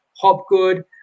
Hopgood